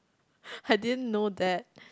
I didn't know that